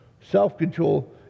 Self-control